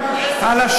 גם נתניהו מסית.